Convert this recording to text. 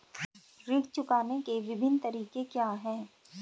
ऋण चुकाने के विभिन्न तरीके क्या हैं?